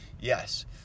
Yes